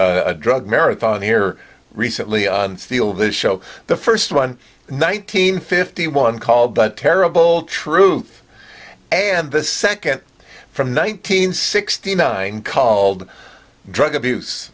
a drug marathon here recently on steal the show the first one nineteen fifty one called the terrible truth and the second from nineteen sixty nine called drug abuse